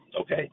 okay